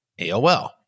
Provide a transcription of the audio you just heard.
AOL